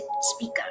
speaker